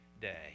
day